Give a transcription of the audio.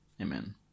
Amen